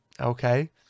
Okay